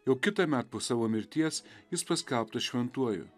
jau kitąmet po savo mirties jis paskelbtas šventuoju